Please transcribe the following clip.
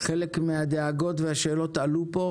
חלק מהדאגות והשאלות עלו בדיון,